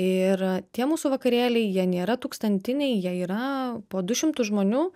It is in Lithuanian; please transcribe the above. ir tie mūsų vakarėliai jie nėra tūkstantiniai jie yra po du šimtus žmonių